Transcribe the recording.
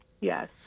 yes